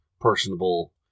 personable